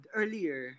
earlier